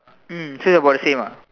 mm so they about the same ah